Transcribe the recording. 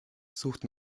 sucht